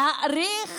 להאריך